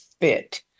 fit